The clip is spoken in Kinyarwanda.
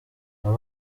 aba